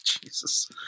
Jesus